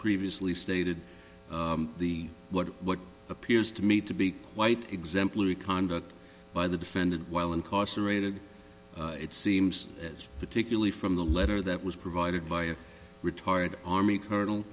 previously stated the what what appears to me to be quite exemplary conduct by the defendant while incarcerated it seems that particularly from the letter that was provided by a retired army colonel